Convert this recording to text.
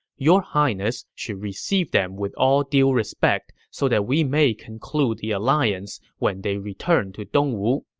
your highness should receive them with all due respect so that we may conclude the alliance when they return to dongwu.